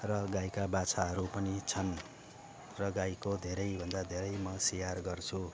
र गाईका बाछाहरू पनि छन् र गाईको धेरैभन्दा धेरै म स्याहार गर्छु